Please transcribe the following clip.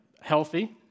healthy